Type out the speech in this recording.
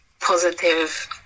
positive